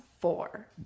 four